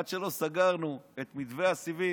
עד שלא סגרנו את מתווה הסיבים,